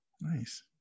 Nice